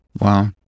Wow